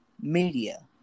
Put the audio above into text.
media